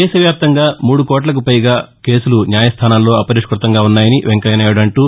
దేశ వ్యాప్తంగా మూడుకోట్లకు పైగా కేసులు న్యాయస్థానాల్లో అపరిష్యృతంగా ఉన్నాయని వెంకయ్యనాయుడు అంటూ